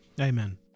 Amen